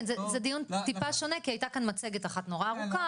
זה דיון טיפה שונה כי היתה כאן מצגת אחת מאוד ארוכה.